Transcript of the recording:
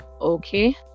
Okay